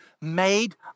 Made